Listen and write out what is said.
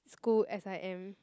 school s_i_m